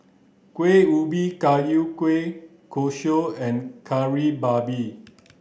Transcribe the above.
Kuih Ubi Kayu Kueh Kosui and Kari Babi